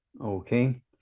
okay